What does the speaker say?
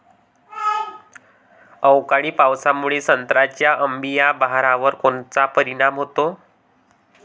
अवकाळी पावसामुळे संत्र्याच्या अंबीया बहारावर कोनचा परिणाम होतो?